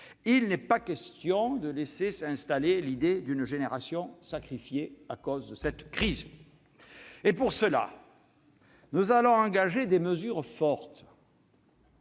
Il n'est pas question de laisser s'installer l'idée d'une génération sacrifiée à cause de cette crise. Pour cela, nous allons engager des mesures fortes.